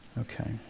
Okay